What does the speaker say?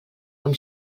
com